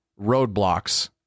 Roadblocks